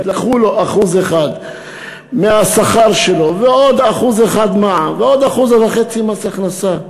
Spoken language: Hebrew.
לקחו לו 1% מהשכר שלו ועוד 1% מע"מ ועוד 1.5% מס הכנסה,